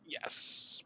yes